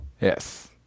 Yes